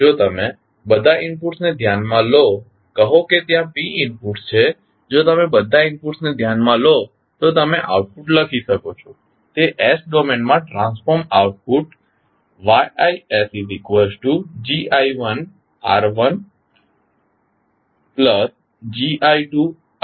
જો તમે બધા ઇનપુટ્સને ધ્યાનમાં લો કહો કે ત્યાં p ઇનપુટ્સ છે જો તમે બધા ઇનપુટ્સને ધ્યાનમાં લો તો તમે આઉટપુટ લખી શકો છો તે s ડોમેનમાં ટ્રાન્સફોર્મ્ડ આઉટપુટ YisGi1sR1sGi2sR2sG1psRps છે